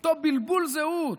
אותו בלבול זהות,